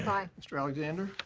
aye. mr. alexander.